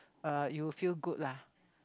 uh you will feel good lah